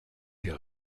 hier